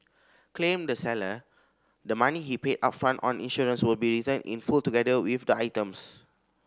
claimed the seller the money he paid upfront on insurance will be returned in full together with the items